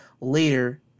later